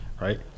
right